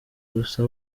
gusa